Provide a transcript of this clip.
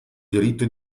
diritto